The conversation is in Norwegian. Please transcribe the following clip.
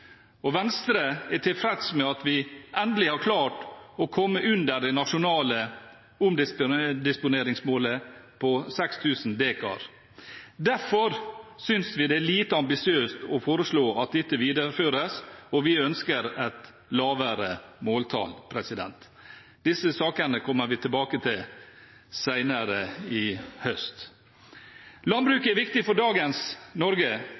Venstre er tilfreds med at vi endelig har klart å komme under det nasjonale omdisponeringsmålet på 6 000 dekar. Derfor synes vi det er lite ambisiøst å foreslå at dette videreføres, og vi ønsker et lavere måltall. Disse sakene kommer vi tilbake til senere – til høsten. Landbruket er viktig for dagens Norge, og landbruket skal også ha en viktig plass i framtidens Norge.